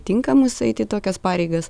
tinkamus eiti tokias pareigas